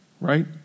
right